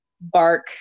bark